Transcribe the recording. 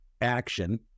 action